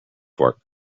work